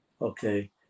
Okay